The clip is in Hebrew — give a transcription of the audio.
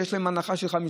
שיש להם הנחה של 50%,